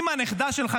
עם הנכדה שלך,